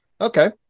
okay